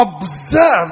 observe